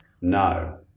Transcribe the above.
No